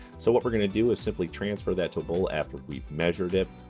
so what we're gonna do is simply transfer that to a bowl after we've measured it.